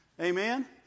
Amen